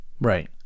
Right